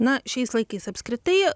na šiais laikais apskritai